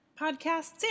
podcasts